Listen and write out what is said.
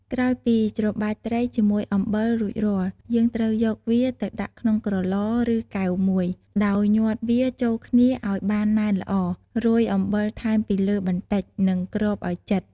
ក្រោយពីច្របាច់ត្រីជាមួយអំបិលរួចរាល់ យើងត្រូវយកវាទៅដាក់ក្នុងក្រឡ ឬ កែវមួយ ដោយញាត់វាចូលគ្នាឱ្យបានណែនល្អ រោយអំបិលថែមពីលើបន្តិច និង គ្របឱ្យជិត។